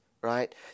right